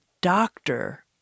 doctor